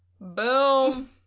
Boom